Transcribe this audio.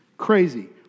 crazy